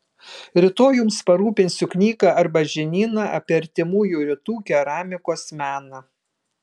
rytoj jums parūpinsiu knygą arba žinyną apie artimųjų rytų keramikos meną